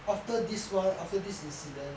after this one after this incident